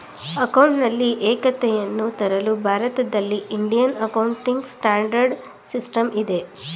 ಅಕೌಂಟಿನಲ್ಲಿ ಏಕತೆಯನ್ನು ತರಲು ಭಾರತದಲ್ಲಿ ಇಂಡಿಯನ್ ಅಕೌಂಟಿಂಗ್ ಸ್ಟ್ಯಾಂಡರ್ಡ್ ಸಿಸ್ಟಮ್ ಇದೆ